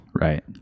Right